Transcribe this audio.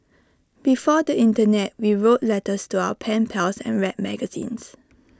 before the Internet we wrote letters to our pen pals and read magazines